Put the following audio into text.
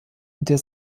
der